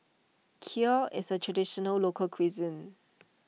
Kheer is a Traditional Local Cuisine